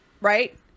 right